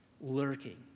lurking